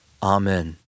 Amen